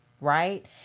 right